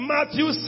Matthew